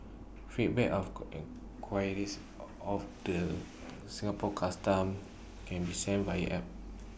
feedback of queries of the Singapore Customs can be sent via app